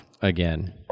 Again